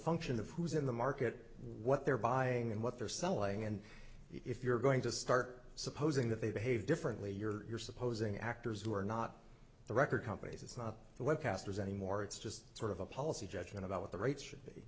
function of who's in the market what they're buying and what they're selling and if you're going to start supposing that they behave differently you're supposing actors who are not the record companies it's not the web casters anymore it's just sort of a policy judgment about what the r